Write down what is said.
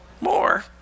more